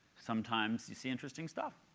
sometimes it's interesting stuff.